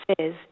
says